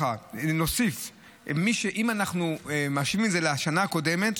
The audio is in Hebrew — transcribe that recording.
אם אנחנו משווים את זה לשנה הקודמת,